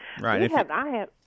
Right